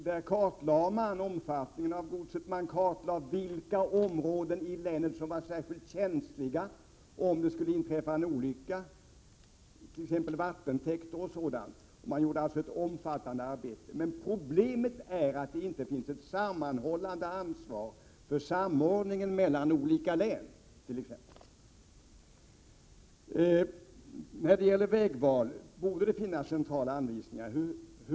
Där kartlade man omfattningen av sådana godstransporter och vilka områden i länet som var särskilt känsliga om det skulle inträffa en olycka, t.ex. i fråga om vattentäkter o.d. Man gjorde alltså ett omfattande arbete. Men problemet är att det inte finns ett sammanhållet ansvar för t.ex. samordningen mellan olika län. När det gäller vägval borde det finnas centrala anvisningar.